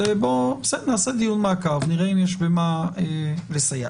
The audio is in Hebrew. נעשה דיון מעקב, נראה אם יש במה לסייע.